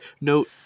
Note